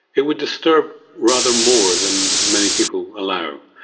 it would disturb rather more than many people allow.